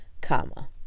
comma